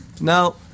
No